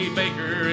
baker